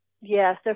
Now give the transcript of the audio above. Yes